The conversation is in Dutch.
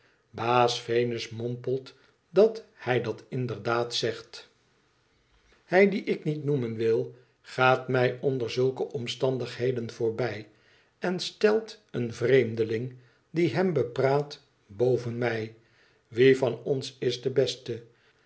hij dien ik niet noemen wil gaat mij onder zulke omstandigheden voorbij en stelt een vreemdeling die hem bepraat boven mij wie van ons is de beste